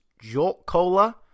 jolt-cola